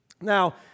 Now